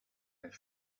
nel